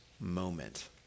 moment